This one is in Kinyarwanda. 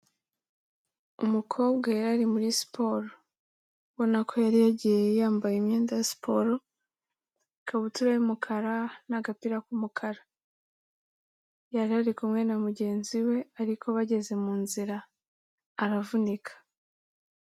Umukobwa yari ari muri siporo, ubona ko yari yagiye yambaye imyenda ya siporo, ikabutura y'umukara n'agapira k'umukara, yari ari kumwe na mugenzi we ariko bageze mu nzira aravunika.